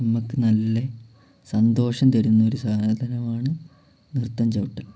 നമുക്ക് നല്ല സന്തോഷം തരുന്നൊരു സാധനമാണ് നൃത്തം ചവിട്ടൽ